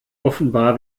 offenbar